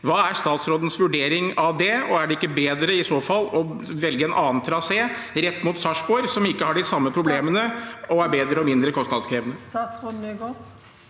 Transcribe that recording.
Hva er statsrådens vurdering av det, og er det ikke bedre i så fall å velge en annen trasé, rett mot Sarpsborg, som ikke har de samme problemene, og som er bedre og mindre kostnadskrevende?